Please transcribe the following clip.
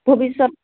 ভৱিষ্যত